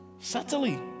Subtly